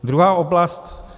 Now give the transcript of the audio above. Druhá oblast.